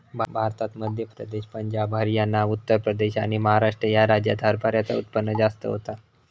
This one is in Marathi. भारतात मध्य प्रदेश, पंजाब, हरयाना, उत्तर प्रदेश आणि महाराष्ट्र ह्या राज्यांत हरभऱ्याचा उत्पन्न जास्त होता